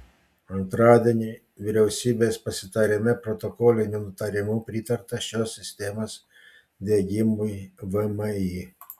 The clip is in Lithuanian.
antradienį vyriausybės pasitarime protokoliniu nutarimu pritarta šios sistemos diegimui vmi